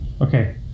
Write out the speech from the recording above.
okay